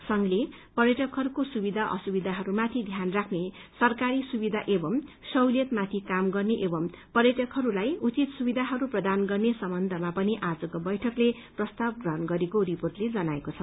संघले पर्यटकहरूको सुविधा असुविधाहरूमाथि ध्यान राख्ने सरकारी सुविधा एवं सहुलियत माथि काम गर्ने एवं पर्यटकहरूलाई उचित सुविधाहरू प्रदान गर्ने सम्बन्धमा पनि आजको बैठकले प्रस्ताव ग्रहण गरेको रिपोर्टले जनाएको छ